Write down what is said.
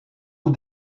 aux